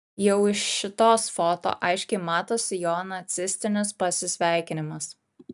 jau iš šitos foto aiškiai matosi jo nacistinis pasisveikinimas